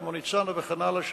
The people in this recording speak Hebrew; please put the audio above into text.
כמו ניצנה וכן הלאה,